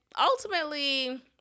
ultimately